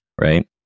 right